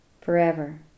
Forever